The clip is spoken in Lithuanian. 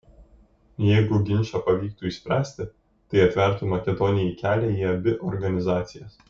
jeigu ginčą pavyktų išspręsti tai atvertų makedonijai kelią į abi organizacijas